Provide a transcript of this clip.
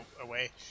away